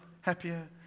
happier